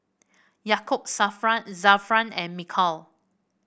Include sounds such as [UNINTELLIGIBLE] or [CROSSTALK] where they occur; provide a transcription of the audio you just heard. Yaakob [UNINTELLIGIBLE] Zafran and Mikhail